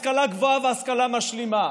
השכלה גבוהה והשכלה משלימה.